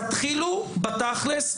תתחילו בתכלס,